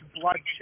bloodshed